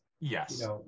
Yes